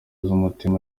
z’umutima